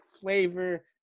flavor